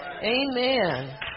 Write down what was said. Amen